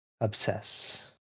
obsess